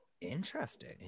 interesting